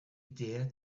dare